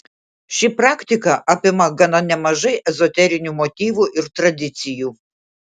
ši praktika apima gana nemažai ezoterinių motyvų ir tradicijų